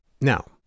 now